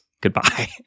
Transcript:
goodbye